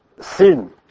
sin